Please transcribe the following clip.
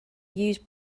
use